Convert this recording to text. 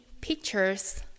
pictures